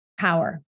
Power